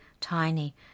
tiny